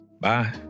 Bye